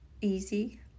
easy